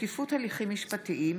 שקיפות הליכים משפטיים),